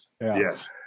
Yes